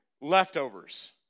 leftovers